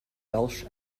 welsh